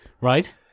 Right